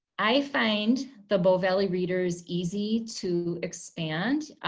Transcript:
i find the bow valley readers easy to expand.